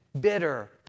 bitter